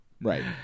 Right